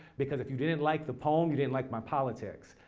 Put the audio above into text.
because if you didn't like the poem, you didn't like my politics.